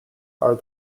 are